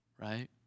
right